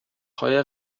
های